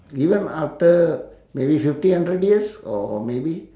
even after maybe fifty hundred years or or maybe